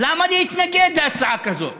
למה להתנגד להצעה כזאת?